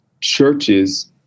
churches